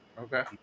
Okay